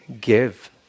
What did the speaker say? give